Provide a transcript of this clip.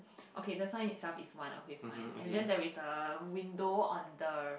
okay the sign itself is one okay fine and than there is a window on the